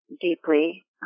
deeply